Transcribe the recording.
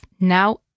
Now